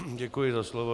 Děkuji za slovo.